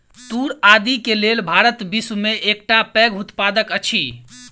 तूर आदि के लेल भारत विश्व में एकटा पैघ उत्पादक अछि